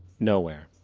nowhere.